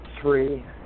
three